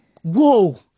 Whoa